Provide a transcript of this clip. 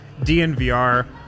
DNVR